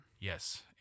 Yes